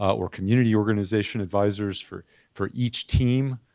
or community organization advisors for for each team.